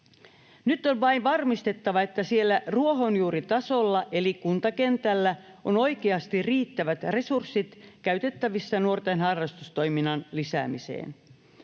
Nyt on vain varmistettava, että siellä ruohonjuuritasolla eli kuntakentällä on oikeasti riittävät resurssit käytettävissä nuorten harrastustoiminnan lisäämiseen.